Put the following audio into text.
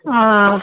ओ